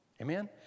Amen